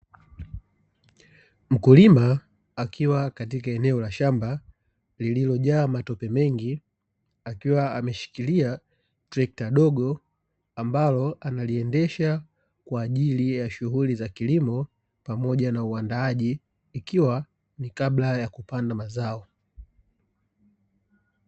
Mkulima akiwa katika eneo la shamba lililojaa matope mengi, akiwa ameshikilia trekta dogo ambalo analiendesha kwa ajili ya shughuli za kilimo pamoja na uandaaji, ikiwa ni kabla ya kupanda mazao.